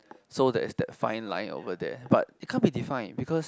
so there is that fine line over there but is can't be define because